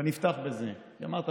אני אפתח בזה: למטה,